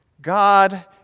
God